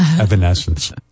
Evanescence